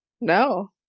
No